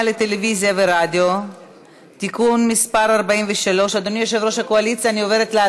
לטלוויזיה ורדיו (תיקון מס' 43) (זמן